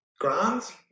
grand